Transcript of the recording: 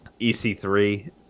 EC3